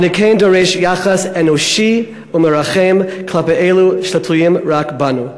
אבל אני כן דורש יחס אנושי ומרחם כלפי אלו שתלויים רק בנו.